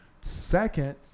second